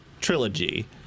trilogy